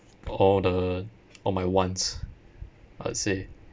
all the all my wants I'd say